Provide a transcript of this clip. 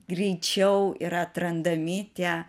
greičiau yra atrandami tie